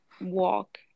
walk